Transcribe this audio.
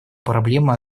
проблемы